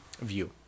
view